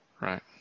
right